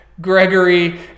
Gregory